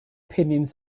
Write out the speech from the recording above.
opinions